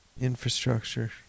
Infrastructure